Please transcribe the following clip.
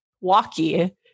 walkie